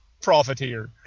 profiteer